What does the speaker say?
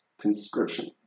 conscription